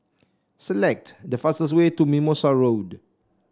select the fastest way to Mimosa Road